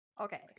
Okay